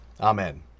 Amen